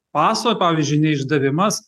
paso pavyzdžiui neišdavimas